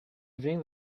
evening